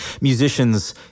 musicians